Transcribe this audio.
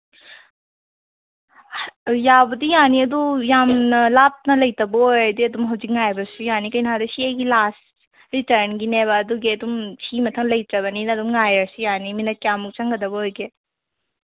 ꯑꯗꯣ ꯌꯥꯕꯨꯗꯤ ꯌꯥꯅꯤ ꯑꯗꯣ ꯌꯥꯝꯅ ꯂꯥꯞꯅ ꯂꯩꯇꯕ ꯑꯣꯏꯔꯗꯤ ꯑꯗꯨꯝ ꯍꯧꯖꯤꯛ ꯉꯥꯏꯕꯁꯨ ꯌꯥꯅꯤ ꯀꯩꯅꯣ ꯍꯥꯏꯕꯗ ꯁꯤ ꯑꯩꯒꯤ ꯂꯥꯁ ꯔꯤꯇꯟꯒꯤꯅꯦꯕ ꯑꯗꯨꯒꯤ ꯑꯗꯨꯝ ꯁꯤ ꯃꯊꯪ ꯂꯩꯇ꯭ꯔꯕꯅꯤꯅ ꯑꯗꯨꯝ ꯉꯥꯏꯔꯁꯨ ꯌꯥꯅꯤ ꯃꯤꯅꯠ ꯀꯌꯥꯃꯨꯛ ꯆꯪꯒꯗꯕ ꯑꯣꯏꯒꯦ